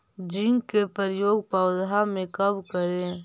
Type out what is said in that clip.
Zinc के प्रयोग पौधा मे कब करे?